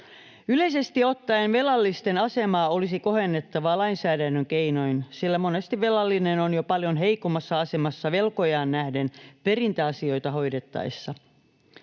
Yleisesti ottaen velallisten asemaa olisi kohennettava lainsäädännön keinoin, sillä monesti velallinen on jo paljon heikommassa asemassa velkojaan nähden perintäasioita hoidettaessa.